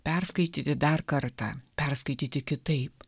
perskaityti dar kartą perskaityti kitaip